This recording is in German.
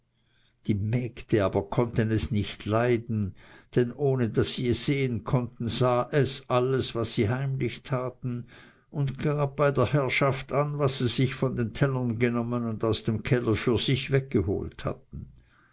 die mägde aber konnten es nicht leiden denn ohne daß sie ihn sehen konnten sah er alles was sie heimlich taten und gab bei der herrschaft an was sie sich von den tellern genommen und aus dem keller für sich weggeholt hatten